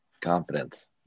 Confidence